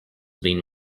been